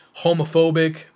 homophobic